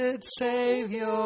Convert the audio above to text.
Savior